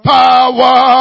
Power